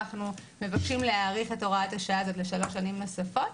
ואנחנו מבקשים להאריך את הוראת השעה הזאת לשלוש שנים נוספות.